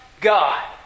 God